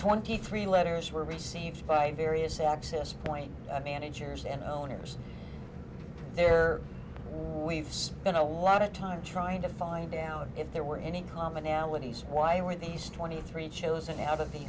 twenty three letters were received by various access point managers and owners there waves in a lot of time trying to find down if there were any commonalities why were these twenty three chosen out of the